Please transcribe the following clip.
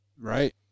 right